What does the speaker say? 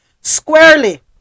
squarely